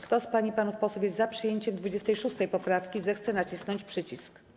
Kto z pań i panów posłów jest za przyjęciem 26. poprawki, zechce nacisnąć przycisk.